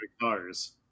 cars